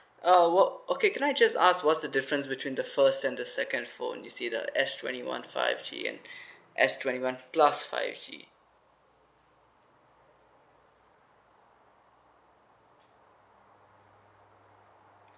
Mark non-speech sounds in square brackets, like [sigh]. uh what okay can I just ask what's the different between the first and the second phone you see the S twenty one five G and [breath] S twenty one plus five G